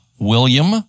William